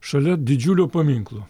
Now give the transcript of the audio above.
šalia didžiulio paminklo